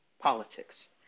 politics